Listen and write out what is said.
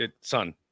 Son